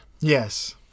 Yes